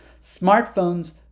smartphones